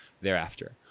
thereafter